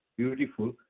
beautiful